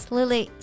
Lily